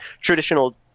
traditional